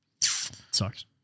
sucks